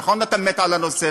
נכון שאתה מת על הנושא,